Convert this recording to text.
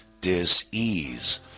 dis-ease